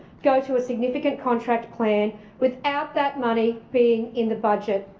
go to a significant contract plan without that money being in the budget.